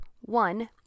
one